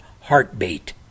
heartbeat